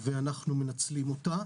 ואנחנו מנצלים אותה.